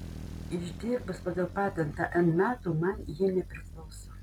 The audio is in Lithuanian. išdirbus pagal patentą n metų man ji nepriklauso